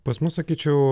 pas mus sakyčiau